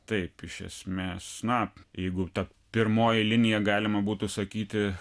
taip iš esmės na jeigu ta pirmoji linija galima būtų sakyti